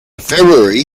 february